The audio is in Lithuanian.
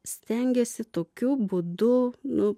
stengėsi tokiu būdu nu